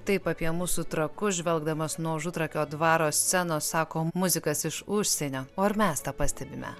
taip apie mūsų trakus žvelgdamas nuo užutrakio dvaro scenos sako muzikas iš užsienio o ar mes tą pastebime